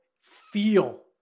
feel